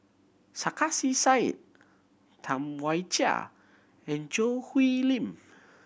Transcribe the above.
Sarkasi Said Tam Wai Jia and Choo Hwee Lim